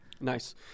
Nice